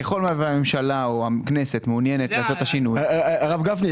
ככל שהממשלה או הכנסת מעוניינת לעשות שינוי- -- הרב גפני,